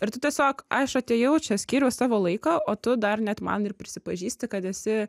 ir tu tiesiog aš atėjau čia skyriau savo laiką o tu dar net man ir prisipažįsti kad esi